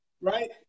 Right